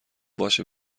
باشه